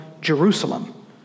Jerusalem